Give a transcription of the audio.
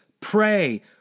pray